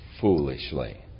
foolishly